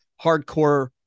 hardcore